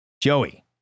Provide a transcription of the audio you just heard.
Joey